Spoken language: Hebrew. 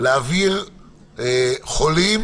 להעביר חולים